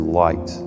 light